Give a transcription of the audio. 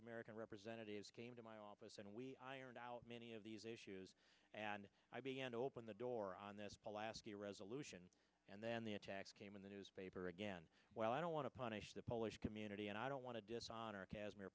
american representatives came to my office and we ironed out many of these issues and i began to open the door on this alaska resolution and then the attacks came in the newspaper again well i don't want to punish the polish community and i don't want to dishonor cas